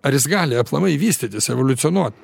ar jis gali aplamai vystytis evoliucionuot